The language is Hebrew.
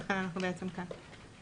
לכן אנחנו בעצם כאן.